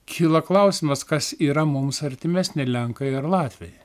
kyla klausimas kas yra mums artimesni ar lenkai ar latviai